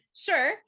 sure